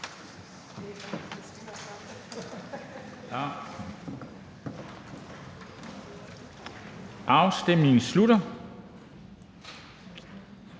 Afstemningen slutter.